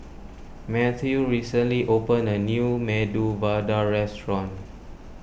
Matthew recently opened a new Medu Vada restaurant